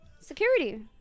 security